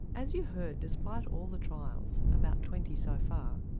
as you heard despite all the trials, about twenty so far,